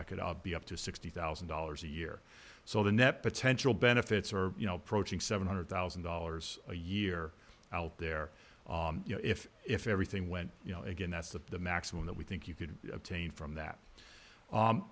that could be up to sixty thousand dollars a year so the net potential benefits are you know protein seven hundred thousand dollars a year out there you know if if everything went you know again that's the maximum that we think you could attain from that